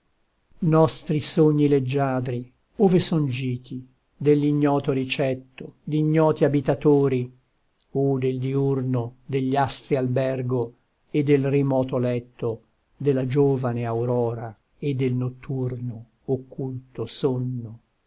nostri sogni leggiadri ove son giti dell'ignoto ricetto d'ignoti abitatori o del diurno degli astri albergo e del rimoto letto della giovane aurora e del notturno occulto sonno